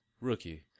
rookie